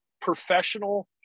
professional